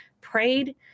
prayed